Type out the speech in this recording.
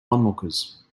onlookers